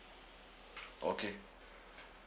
okay